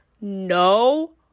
No